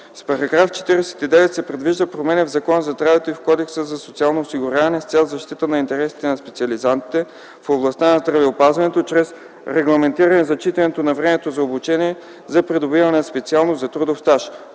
С § 49 се предвиждат промени в Закона за здравето и в Кодекса за социално осигуряване с цел защита на интересите на специализантите в областта на здравеопазването чрез регламентиране зачитането на времето за обучение за придобиване на специалност за трудов стаж.